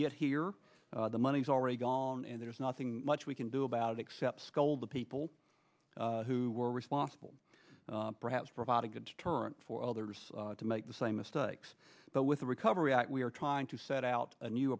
get here the money's already gone and there's nothing much we can do about it except scold the people who were responsible perhaps provide a good deterrent for others to make the same mistakes but with the recovery act we are trying to set out a new